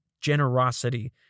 generosity